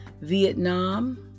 Vietnam